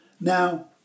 Now